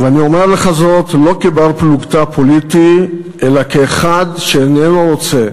ואני אומר לך זאת לא כבר-פלוגתא פוליטי אלא כאחד שאיננו רוצה